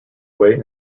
way